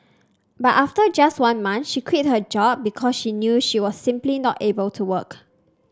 but after just one month she quit her job because she knew she was simply not able to work